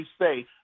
say